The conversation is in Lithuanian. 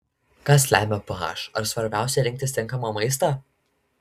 kas lemia ph ar svarbiausia rinktis tinkamą maistą